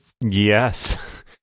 yes